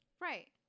right